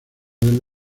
del